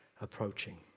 approaching